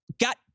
got